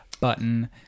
Button